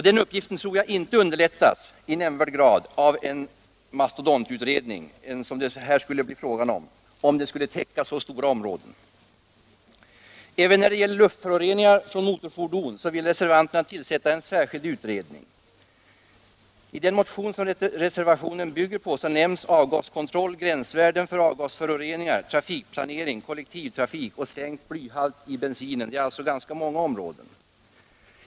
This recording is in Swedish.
Den uppgiften tror jag inte underlättas i nämnvärd grad av en mastodontutredning som det måste bli fråga om ifall den skulle täcka så stora områden. Även när det gäller luftföroreningar från motorfordon vill reservanterna tillsätta en särskild utredning. I den motion som reservationen bygger på nämns avgaskontroll, gränsvärden för avgasföroreningar, trafikplanering, kollektivtrafik och sänkt blyhalt i bensin. Det handlar alltså om ganska många områden.